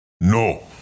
No